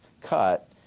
cut